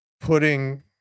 putting